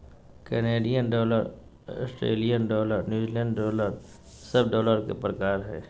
Canadian dollar, Australian dollar, New Zealand dollar सब dollar के प्रकार हय